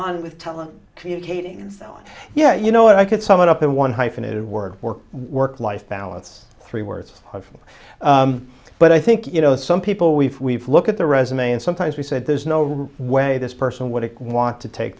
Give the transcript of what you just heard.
on with tele communicating so yeah you know i could sum it up in one hyphenated word work work life balance three words of but i think you know some people we've we've look at the resume and sometimes we said there's no real way this person what i want to take